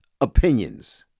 opinions